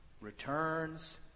returns